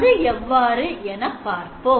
அது எவ்வாறு என பார்ப்போம்